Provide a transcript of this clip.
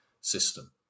system